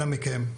אנא מכם,